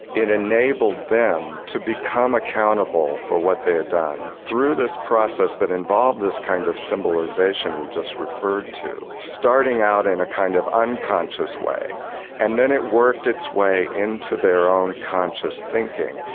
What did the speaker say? enabled them to become accountable for what they had done through this process that involved this kind of symbolisation we just referred to, starting out in a kind of unconscious way and then it worked its way into their own conscious thinking,